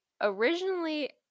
Originally